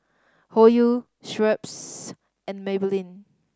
Hoyu Schweppes and Maybelline